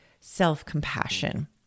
self-compassion